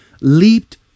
leaped